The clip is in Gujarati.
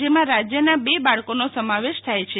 જેમાં રાજ્યના બે બાળકોનો સમાવેશ થાય છે